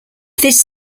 this